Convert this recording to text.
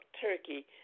Turkey